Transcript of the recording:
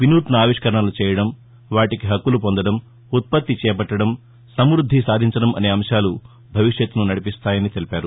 వినూత్న ఆవిష్కరణలు చేయడం వాటికి హక్కులు పొందడం ఉత్పత్తి చేపట్టడం సమృద్ది సాధించడం అనే అంశాలు భవిష్యత్తును నడిపిస్తాయని తెలిపారు